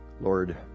Lord